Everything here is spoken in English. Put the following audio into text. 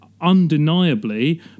undeniably